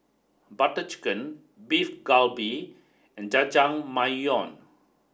Butter Chicken Beef Galbi and Jajangmyeon